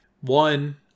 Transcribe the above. One